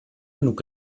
genug